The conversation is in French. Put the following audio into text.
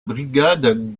brigade